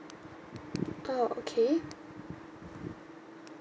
oh okay